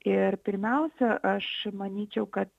ir pirmiausia aš manyčiau kad